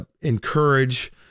encourage